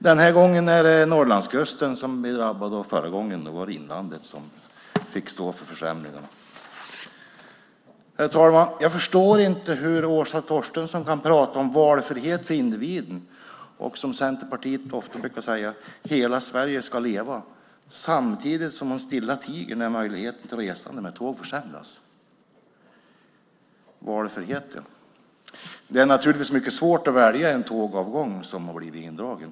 Den här gången är det Norrlandskusten som drabbas, förra gången var det inlandet som fick försämringar. Herr talman! Jag förstår inte hur Åsa Torstensson kan prata om valfrihet för individen och att - som Centerpartiet brukar säga - hela Sverige ska leva samtidigt som hon tiger när möjligheten att resa med tåg försämras. Det är naturligtvis mycket svårt att välja en tågavgång som blivit indragen.